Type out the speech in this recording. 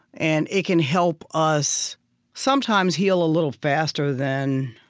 and it can help us sometimes heal a little faster than